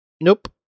nope